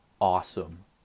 awesome